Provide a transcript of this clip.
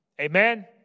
Amen